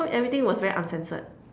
so everything was very uncensored